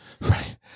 Right